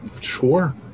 Sure